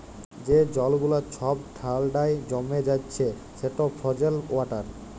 যে জল গুলা ছব ঠাল্ডায় জমে যাচ্ছে সেট ফ্রজেল ওয়াটার